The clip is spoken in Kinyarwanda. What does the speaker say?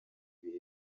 ibihe